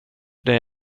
det